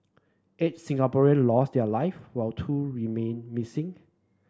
eight Singaporean lost their live while two remain missing